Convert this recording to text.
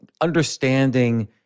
understanding